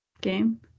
game